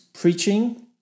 preaching